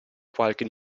qualche